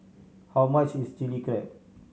how much is Chili Crab